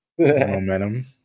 Momentum